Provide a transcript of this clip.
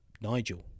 Nigel